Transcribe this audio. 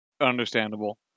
Understandable